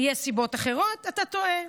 יש סיבות אחרות, אתה טועה.